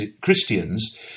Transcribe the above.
Christians